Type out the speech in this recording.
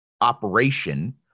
operation